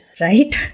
Right